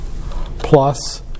plus